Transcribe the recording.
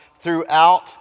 throughout